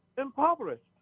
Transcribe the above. impoverished